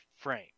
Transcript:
frame